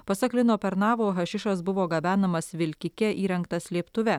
pasak lino pernavo hašišas buvo gabenamas vilkike įrengta slėptuve